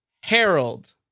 Harold